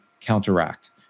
counteract